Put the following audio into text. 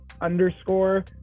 underscore